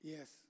Yes